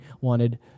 wanted